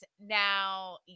now